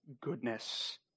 goodness